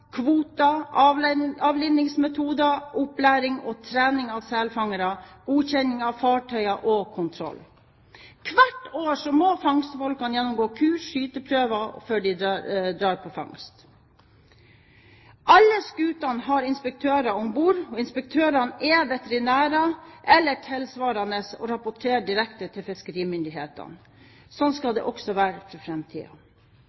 kvoter, avlivningsmetoder, opplæring og trening av selfangere, godkjenning av fartøyer og kontroll. Hvert år må fangstfolkene gjennomgå kurs og skyteprøver før de drar på fangst. Alle skutene har inspektører om bord. Inspektørene er veterinærer – eller tilsvarende – og rapporterer direkte til fiskerimyndighetene. Sånn skal